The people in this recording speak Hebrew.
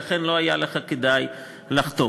ולכן לא היה כדאי לך לחטוף.